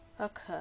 Okay